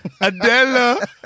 Adela